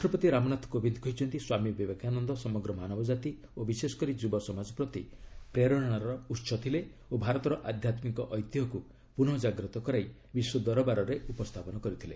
ରାଷ୍ଟ୍ରପତି ରାମନାଥ କୋବିନ୍ଦ କହିଛନ୍ତି ସ୍ୱାମୀ ବିବେକାନନ୍ଦ ସମଗ୍ରମାନବଜାତି ଓ ବିଶେଷକରି ଯୁବ ସମାଜ ପ୍ରତି ପ୍ରେରଣାର ଉତ୍ସ ଥିଲେ ଓ ଭାରତର ଆଧ୍ୟାତ୍ମିକ ଐତିହ୍ୟକୁ ପୁନଃ ଜାଗ୍ରତ କରାଇ ବିଶ୍ୱ ଦରବାରରେ ଉପସ୍ଥାପନ କରିଥିଲେ